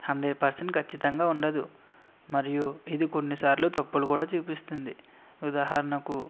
hundred percent ఖచ్చితంగా ఉండదు మరియు ఇది కొన్నిసార్లు తప్పులు కూడా చూపిస్తుంది ఉదాహరణకు